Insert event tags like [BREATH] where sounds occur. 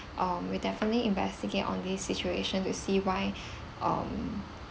uh we'll definitely investigate on this situation to see why [BREATH] um